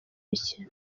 mikino